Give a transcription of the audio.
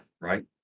right